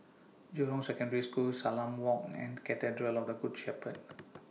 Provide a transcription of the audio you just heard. Jurong Secondary School Salam Walk and Cathedral of The Good Shepherd